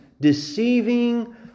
deceiving